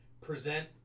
present